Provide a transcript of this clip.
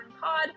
Pod